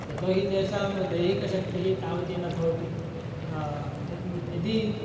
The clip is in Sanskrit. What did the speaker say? यतोहि तेषां दैहिकशक्तिः तावती न भवति यद् यदि